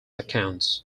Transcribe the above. accounts